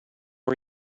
are